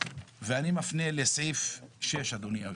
ואני מפנה לסעיף 6, אדוני היושב-ראש,